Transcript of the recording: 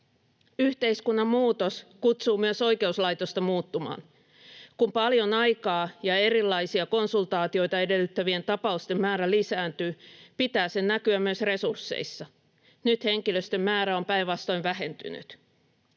Yhteiskunnan muutos kutsuu myös oikeuslaitosta muuttumaan. Kun paljon aikaa ja erilaisia konsultaatioita edellyttävien tapausten määrä lisääntyy, pitää sen näkyä myös resursseissa. Nyt henkilöstön määrä on päinvastoin vähentynyt.